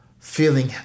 Feeling